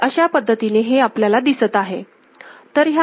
तर अशा पद्धतीने हे आपल्याला दिसत आहे